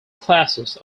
classes